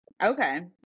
okay